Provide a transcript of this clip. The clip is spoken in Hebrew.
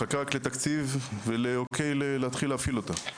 מחכה רק לתקציב ולאוקיי להפעיל אותה.